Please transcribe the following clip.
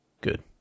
good